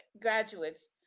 graduates